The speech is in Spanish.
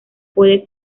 puede